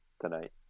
tonight